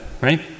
right